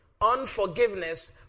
Unforgiveness